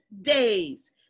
days